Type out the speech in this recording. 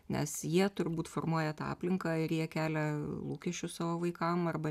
nes jie turbūt formuoja tą aplinką ir jie kelia lūkesčius savo vaikam arba